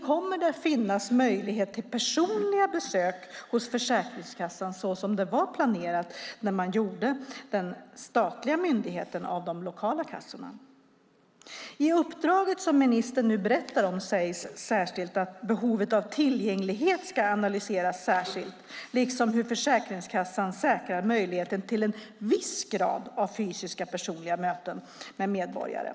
Kommer det att finnas möjlighet till personliga besök hos Försäkringskassan som det var planerat när man gjorde en statlig myndighet av de lokala kassorna? I uppdraget som ministern nu berättar om sägs att behovet av tillgänglighet ska analyseras särskilt liksom hur Försäkringskassan säkrar möjligheten till en viss grad av fysiska personliga möten med medborgare.